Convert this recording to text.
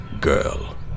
girl